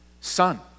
son